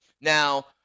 Now –